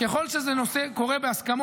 כי יכול להיות שזה קורה בהסכמות,